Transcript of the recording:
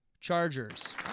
Chargers